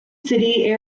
city